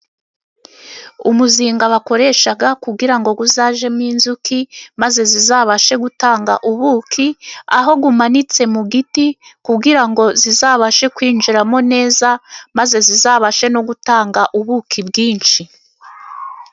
Umuzinga bakoresha kugira ngo uzajyemo inzuki maze zizabashe gutanga ubuki, aho umanitse mu giti kugira ngo zizabashe kwinjiramo neza maze zizabashe no gutanga ubuki bwinshi.